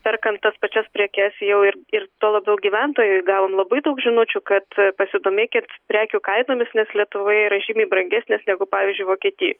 perkant tas pačias prekes jau ir ir tuo labiau gyventojai gauna labai daug žinučių kad pasidomėkit prekių kainomis nes lietuvoje yra žymiai brangesnės negu pavyzdžiui vokietijoj